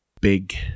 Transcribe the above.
big